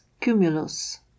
cumulus